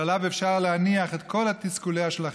שעליו אפשר להניח את כל תסכוליה של החברה".